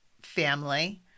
family